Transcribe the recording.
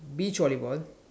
beach volleyball